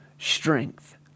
strength